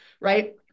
right